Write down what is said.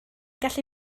gallu